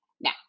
Now